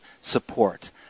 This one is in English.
support